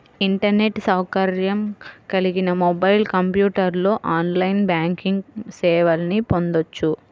internet సౌకర్యం కలిగిన mobile, కంప్యూటర్లో ఆన్లైన్ బ్యాంకింగ్ సేవల్ని పొందొచ్చు